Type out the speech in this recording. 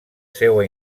seua